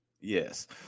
yes